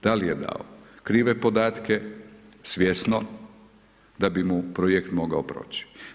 Da li je dao krive podatke, svjesno da bi mu projekt mogao proći?